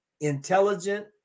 intelligent